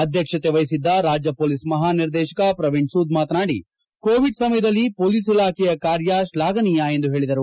ಅಧ್ವಕ್ಷಕೆ ಮಹಿದ್ದ ರಾಜ್ಯ ಪೊಲೀಸ್ ಮಹಾ ನಿರ್ದೇಶಕ ಪ್ರವೀಣ್ ಸೂದ್ ಮಾತನಾಡಿ ಕೋವಿಡ್ ಸಮಯದಲ್ಲಿ ಕೊಲೀಸ್ ಇಲಾಖೆಯ ಕಾರ್ಯ ಶ್ಲಾಘನೀಯ ಎಂದು ಹೇಳದರು